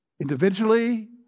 individually